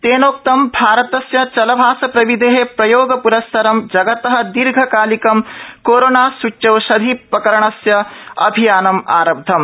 तेनोक्तं भारतस्य चलभाष प्रविधे प्रयोगप्रस्सरं जगत दीर्घकालिकम् कोरोनासूच्यौषधीकरणस्य अभियानम् आरब्धम्